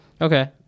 Okay